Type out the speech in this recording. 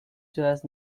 does